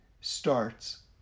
starts